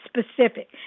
specific